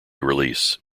release